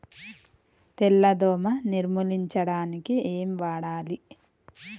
తెల్ల దోమ నిర్ములించడానికి ఏం వాడాలి?